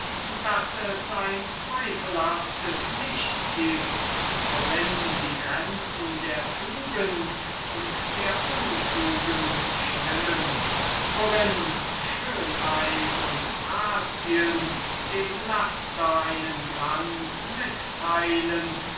daß es ein zweifelhaftes licht gibt worin die grenzen der tugend und der untugend schwimmen worin schönheit und grazien dem laster einen glanz mitteilen